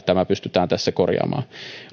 tämä pystytään tässä korjaamaan